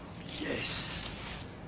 Yes